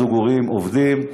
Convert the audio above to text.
זוג הורים עובדים,